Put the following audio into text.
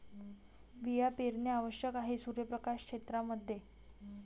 बिया पेरणे आवश्यक आहे सूर्यप्रकाश क्षेत्रां मध्ये